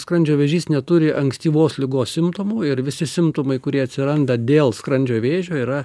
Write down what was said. skrandžio vėžys neturi ankstyvos ligos simptomų ir visi simptomai kurie atsiranda dėl skrandžio vėžio yra